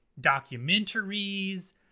documentaries